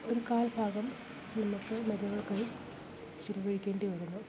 ഒരു കാൽ ഭാഗം നമുക്ക് മരുന്നുകൾക്കായി ചിലവഴിക്കേണ്ടി വരുന്നു